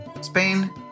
Spain